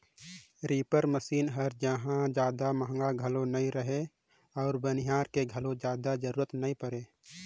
reaper machine हर जहां महंगा घलो नई रहें अउ बनिहार के घलो जादा जरूरत नई परे